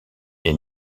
est